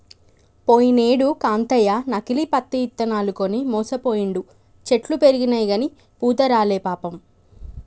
పోయినేడు కాంతయ్య నకిలీ పత్తి ఇత్తనాలు కొని మోసపోయిండు, చెట్లు పెరిగినయిగని పూత రాలే పాపం